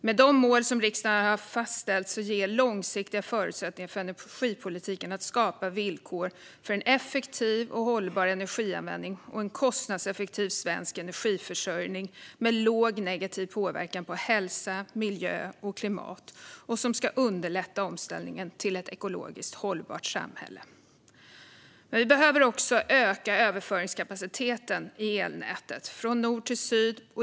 Med de mål som riksdagen har fastställt ges långsiktiga förutsättningar för energipolitiken att skapa villkor för en effektiv och hållbar energianvändning och en kostnadseffektiv svensk energiförsörjning med låg negativ påverkan på hälsa, miljö och klimat som ska underlätta omställningen till ett ekologiskt hållbart samhälle. Vi behöver också öka överföringskapaciteten i elnätet från nord till syd.